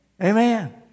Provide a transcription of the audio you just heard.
Amen